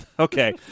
Okay